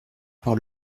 par